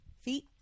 Feet